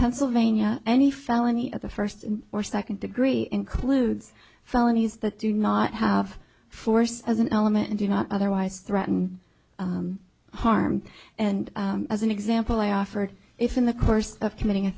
pennsylvania any felony of the first or second degree includes felonies that do not have force as an element and do not otherwise threaten harm and as an example i offered if in the course of committing a